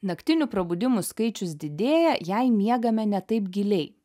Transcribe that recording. naktinių prabudimų skaičius didėja jei miegame ne taip giliai